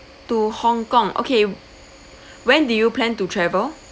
to Hong-Kong okay when do you plan to travel